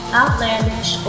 outlandish